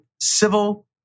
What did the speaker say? civil